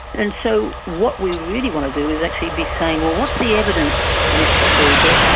and so what we really want to do is actually be saying, well, what's the evidence for this procedure,